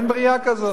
אין ברייה כזאת.